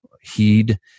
heed